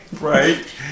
Right